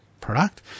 product